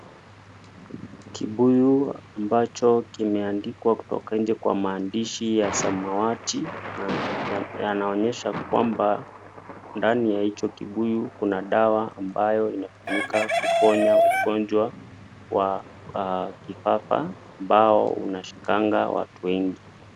Kibuyu ambacho kimeandikwa kutoka inje kwa maandishi ya samawati na yanaonyesha kwamba ndani ya hicho kibuyu kuna dawa ambayo inatumika kuponya ugonjwa wa kifafa ambao unashikanga watu wengi.